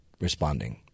responding